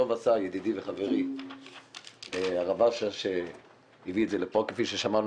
טוב עשה ידידי וחברי הרב אשר שהביא את זה לפה כפי ששמענו